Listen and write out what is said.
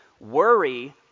Worry